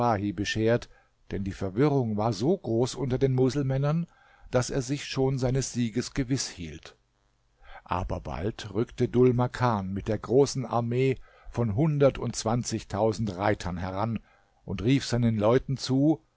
beschert denn die verwirrung war so groß unter den muselmännern daß er sich schon seines sieges gewiß hielt aber bald rückte dhul makan mit der großen armee von hundertundzwanzigtausend reitern heran und rief seinen leuten zu